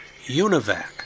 UNIVAC